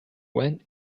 went